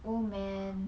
oh man